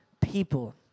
people